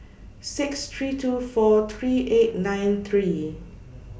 six three two four three eight nine three